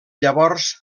llavors